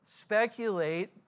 speculate